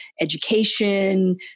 education